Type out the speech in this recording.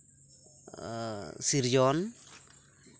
ᱥᱤᱨᱡᱚᱱ